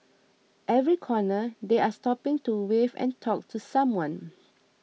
every corner they are stopping to wave and talk to someone